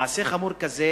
מעשה חמור כזה